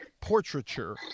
portraiture